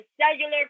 cellular